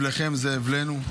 אבלכם זה אבלנו,